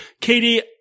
Katie